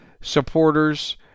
supporters